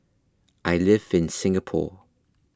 I live in Singapore